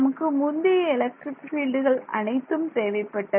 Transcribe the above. நமக்கு முந்தைய எலக்ட்ரிக் பீல்டுகள் அனைத்தும் தேவைப்பட்டது